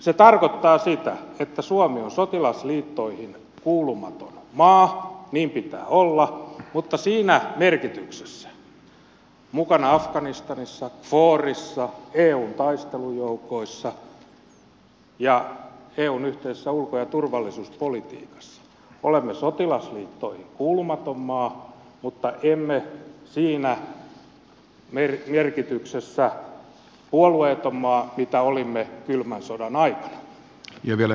se tarkoittaa sitä että suomi on sotilasliittoihin kuulumaton maa niin pitää olla mutta siinä merkityksessä mukana afganistanissa kforissa eun taistelujoukoissa ja eun yhteisessä ulko ja turvallisuuspolitiikassa olemme sotilasliittoihin kuulumaton maa mutta emme siinä merkityksessä puolueeton maa mitä olimme kylmän sodan aikana